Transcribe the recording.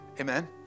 Amen